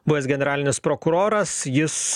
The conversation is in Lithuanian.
buvęs generalinis prokuroras jis